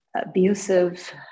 abusive